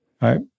Right